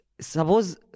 Suppose